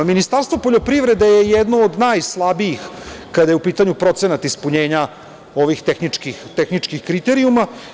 Ministarstvo poljoprivrede je jedno od najslabijih kada je u pitanju procenat ispunjenja ovih tehničkih kriterijuma.